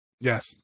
Yes